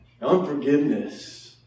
unforgiveness